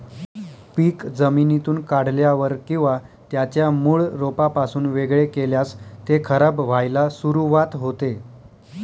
पीक जमिनीतून काढल्यावर किंवा त्याच्या मूळ रोपापासून वेगळे केल्यास ते खराब व्हायला सुरुवात होते